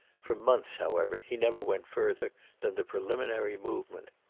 for months, however, he never went further than the preliminary movement.